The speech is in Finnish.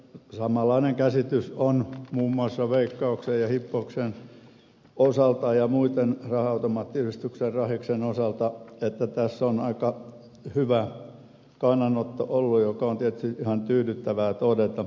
samanlainen käsitys on muun muassa veikkauksen ja hippoksen osalta ja muiden raha automaattiyhdistyksen rahiksen osalta joten tässä on aika hyvä kannanotto ollut mikä on tietysti ihan tyydyttävää todeta